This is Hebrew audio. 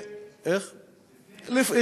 לפני כן.